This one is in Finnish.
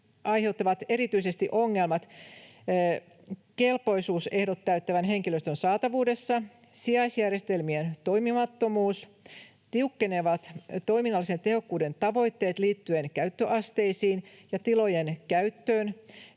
aiheuttavat erityisesti ongelmat kelpoisuusehdot täyttävän henkilöstön saatavuudessa, sijaisjärjestelmien toimimattomuus, tiukkenevat toiminnallisen tehokkuuden tavoitteet liittyen käyttöasteisiin ja tilojen käyttöön